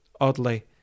Oddly